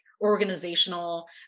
organizational